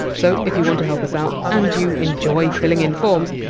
so if you want to help us out, and you enjoy filling in forms,